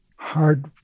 hard